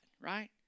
right